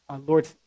Lord